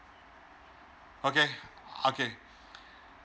okay okay